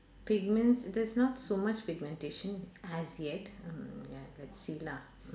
pigments there's not so much pigmentation as yet uh ya let's see lah mm